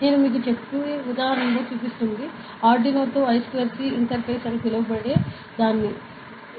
నేను మీకు చెప్పే ఉదాహరణ లో చూపిస్తున్నది ఆర్డునోతో ఐ స్క్వేర్ సి ఇంటర్ఫేస్ అని పిలువబడే దాన్ని ఉపయోగిస్తుంది